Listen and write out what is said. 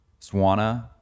Swana